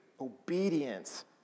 obedience